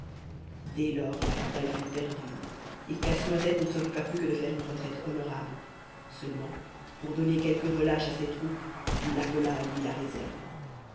dès lors la bataille fut perdue et casse-noisette ne s'occupa plus que de faire une retraite honorable seulement pour donner quelque relâche à ses troupes il appela à lui la réserve